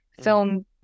film